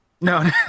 No